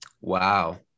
Wow